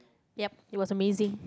yup it was amazing